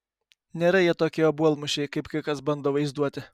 nėra jie tokie obuolmušiai kaip kai kas bando vaizduoti